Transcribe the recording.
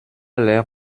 l’air